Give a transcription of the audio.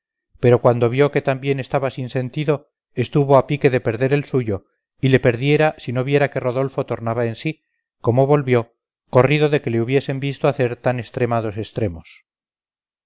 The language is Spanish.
pero cuando vio que también estaba sin sentido estuvo a pique de perder el suyo y le perdiera si no viera que rodolfo tornaba en sí como volvió corrido de que le hubiesen visto hacer tan estremados estremos